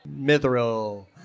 Mithril